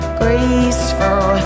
graceful